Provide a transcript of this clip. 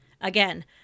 Again